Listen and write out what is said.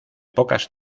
pocas